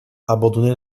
abandonner